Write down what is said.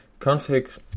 Config